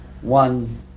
One